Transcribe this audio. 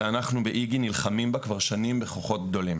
ואנחנו באיג"י נלחמים בה כבר שנים בכוחות גדולים.